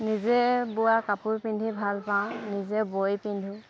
নিজে বোৱা কাপোৰ পিন্ধি ভাল পাওঁ নিজে বৈ পিন্ধোঁ